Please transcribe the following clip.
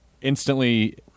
instantly